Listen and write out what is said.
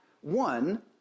one